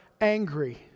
angry